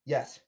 Yes